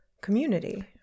community